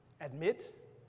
admit